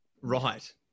Right